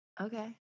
Okay